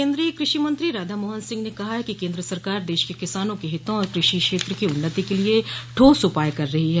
केन्द्रीय कृषि मंत्री राधा मोहन सिंह ने कहा है कि केन्द्र सरकार दश के किसानों के हितों और कृषि क्षेत्र की उन्नति के लिए ठोस उपाय कर रही है